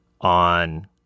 on